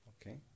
okay